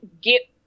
get